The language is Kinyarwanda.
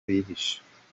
bihishe